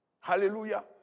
Hallelujah